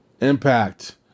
Impact